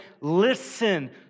listen